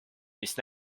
mis